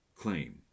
claim